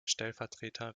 stellvertreter